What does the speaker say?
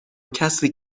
کسی